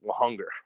longer